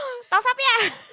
tau sa piah